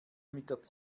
mit